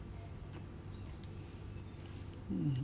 mm